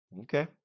okay